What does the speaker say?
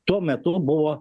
tuo metu buvo